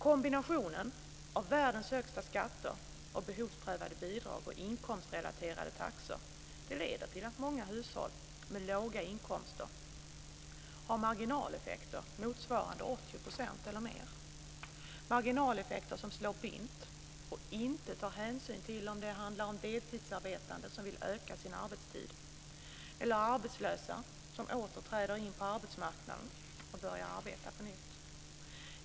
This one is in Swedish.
Kombinationen av världens högsta skatter, behovsprövade bidrag och inkomstrelaterade taxor leder till att många hushåll med låga inkomster har marginaleffekter motsvarande 80 % eller mer, marginaleffekter som slår blint och inte tar hänsyn till om det handlar om deltidsarbetande som vill öka sin arbetstid eller arbetslösa som åter träder in på arbetsmarknaden och börjar arbeta på nytt.